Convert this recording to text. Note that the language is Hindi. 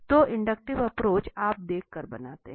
तो इंडक्टिव अप्रोच आप देख कर बनाते हैं